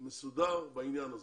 מסודר בעניין הזה.